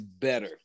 better